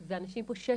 אנשים נמצאים פה 16